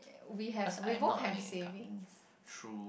we have we both have savings